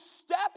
step